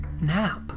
nap